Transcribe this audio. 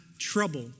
trouble